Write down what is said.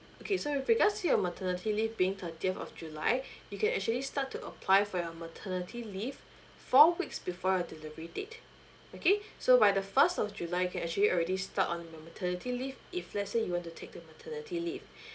okay so with regards to your maternity leave being thirtieth of july you can actually start to apply for your maternity leave four weeks before your delivery date okay so by the first of july you can actually already start on the maternity leave if let's say you want to take the maternity leave